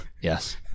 yes